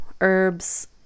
Herbs